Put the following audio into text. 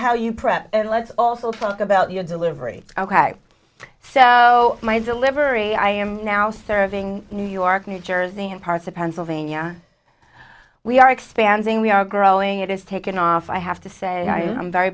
how you prep and let's also spoke about your delivery ok so my delivery i am now serving new york new jersey and parts of pennsylvania we are expanding we are growing it is taking off i have to say i am very